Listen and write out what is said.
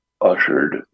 Ushered